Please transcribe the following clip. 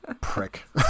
Prick